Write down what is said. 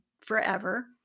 forever